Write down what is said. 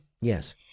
Yes